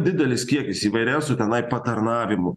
didelis kiekis įvairiausių tenai patarnavimų